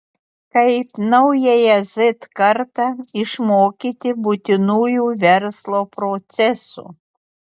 kaip naująją z kartą išmokyti būtinųjų verslo procesų